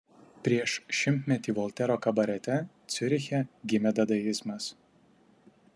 prieš šimtmetį voltero kabarete ciuriche gimė dadaizmas